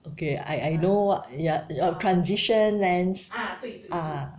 okay I I know what ya ah Transition lens ah